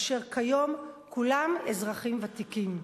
אשר כיום כולם אזרחים ותיקים.